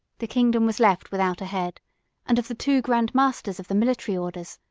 the kingdom was left without a head and of the two grand masters of the military orders,